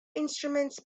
instruments